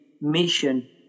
mission